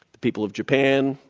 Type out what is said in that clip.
the people of japan,